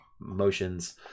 motions